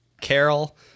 Carol